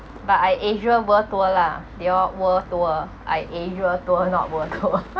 but I asia world tour lah they all world tour I asia tour not world tour